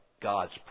God's